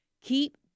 keep